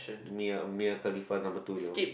Mia Mia Khalifa number two liao